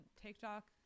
tiktok